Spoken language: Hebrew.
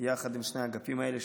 יחד עם שני האגפים האלה,